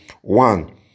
One